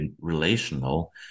relational